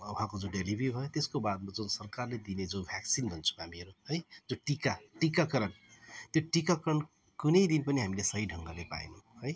उहाँको जो डेलिभरी भयो त्यसको बादमा जुन सरकारले दिने जो भ्याक्सिन भन्छौँ हामीहरू है जो टिका टिकाकरण त्यो टिकाकरण कुनै दिन पनि हामीले सही ढङ्गले पाएनौँ है